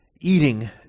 eating